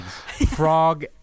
Frog